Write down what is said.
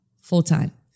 full-time